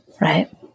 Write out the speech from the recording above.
Right